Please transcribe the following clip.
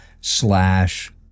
slash